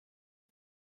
停止